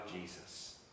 Jesus